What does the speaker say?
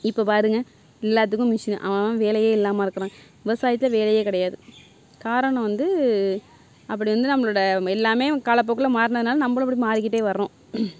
இப்போ பாருங்கள் எல்லோத்துக்கும் மிஷினு அவன் அவன் வேலையே இல்லாமல் இருக்கிறான் விவசாயத்தில் வேலையே கிடையாது காரணம் வந்து அப்படி வந்து நம்மளோடய எல்லாமே காலப்போக்கில் மாறினதுனால நம்மளும் அப்படி மாறிக்கிட்டே வர்றோம்